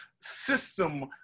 system